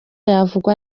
yavugwa